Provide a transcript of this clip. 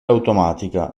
automatica